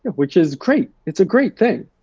which is great, it's a great thing.